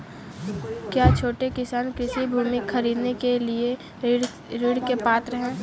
क्या छोटे किसान कृषि भूमि खरीदने के लिए ऋण के पात्र हैं?